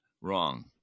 wrong